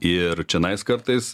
ir čionais kartais